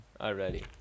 already